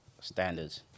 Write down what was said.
standards